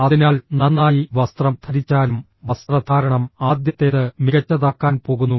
അതിനാൽ നന്നായി വസ്ത്രം ധരിച്ചാലും വസ്ത്രധാരണം ആദ്യത്തേത് മികച്ചതാക്കാൻ പോകുന്നു